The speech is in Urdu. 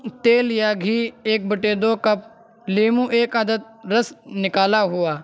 تیل یا گھی ایک بٹے دو کپ لیمو ایک عدد رس نکالا ہوا